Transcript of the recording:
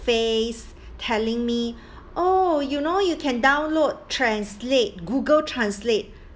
face telling me oh you know you can download translate google translate